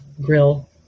grill